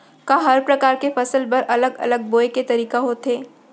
का हर प्रकार के फसल बर अलग अलग बोये के तरीका होथे?